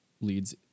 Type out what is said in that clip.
Leads